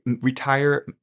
retire